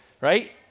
right